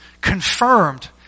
confirmed